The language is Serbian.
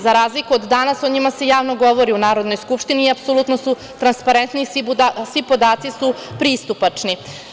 Za razliku od danas, o njima se javno govori u Narodnoj skupštini i apsolutno su transparentni i svi podaci su pristupačni.